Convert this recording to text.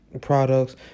products